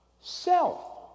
Self